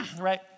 right